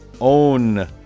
own